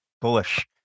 bullish